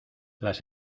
las